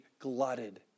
glutted